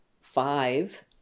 five